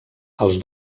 els